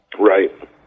Right